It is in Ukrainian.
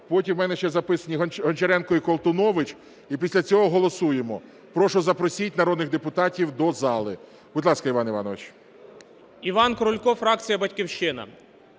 потім у мене ще записані Гончаренко і Колтунович. І після цього голосуємо. Прошу запросіть народних депутатів до зали. Будь ласка, Іван Іванович.